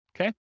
Okay